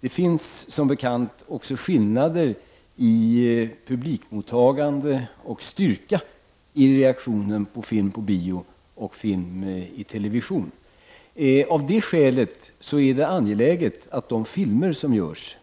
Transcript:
Det finns som bekant också skillnader i publikmottagande och styrka i reaktionen på film på bio och film i television. Av det skälet är det angeläget att de filmer som görs